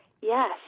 Yes